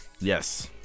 Yes